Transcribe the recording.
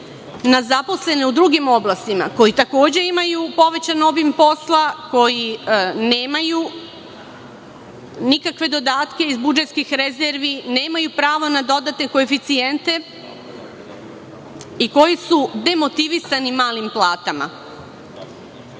na zaposlene u drugim oblastima, koji takođe imaju povećan obim posla, koji nemaju nikakve dodatke iz budžetskih rezervi, nemaju prava na dodatne koeficijente i koji su demotivisani malim platama.